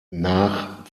nach